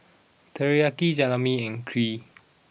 Teriyaki Jalebi and Kheer